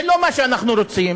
זה לא מה שאנחנו רוצים,